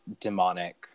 demonic